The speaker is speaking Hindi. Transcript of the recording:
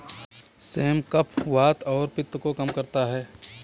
सेम कफ, वात और पित्त को कम करता है